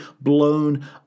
blown